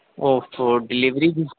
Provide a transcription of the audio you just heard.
او فو ڈلیوری بھی